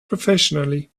professionally